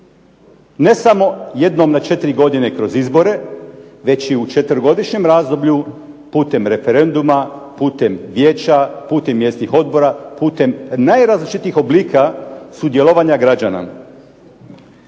Ne samo jednom u četiri godine kroz izbore već i u 4-godišnjem razdoblju putem referenduma, putem vijeća putem mjesnih odbora, putem najrazličitijih oblika sudjelovanja građana.